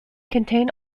contain